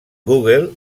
google